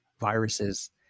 viruses